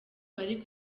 bari